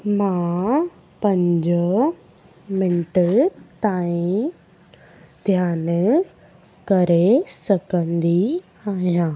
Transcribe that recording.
मां पंज मिंट ताईं ध्यानु करे सघंदी आहियां